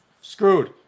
screwed